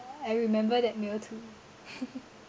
I remember that meal too